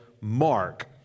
Mark